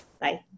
Bye